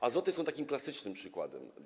Azoty są takim klasycznym przykładem.